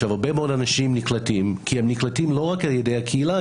הרבה מאוד אנשים נקלטים כי הם נקלטים לא רק על ידי הקהילה,